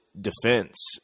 defense